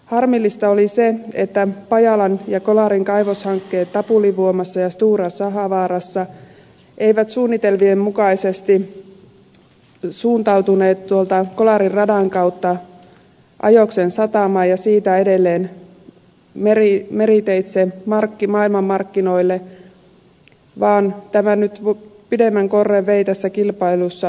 harmillista oli se että pajalan ja kolarin kaivoshankkeet tapulivuomassa ja stora sahavaarassa eivät suunnitelmien mukaisesti suuntautuneet kolarin radan kautta ajoksen satamaan ja siitä edelleen meriteitse maailman markkinoille vaan nyt pidemmän korren vei tässä kilpailussa narvik